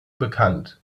bekannt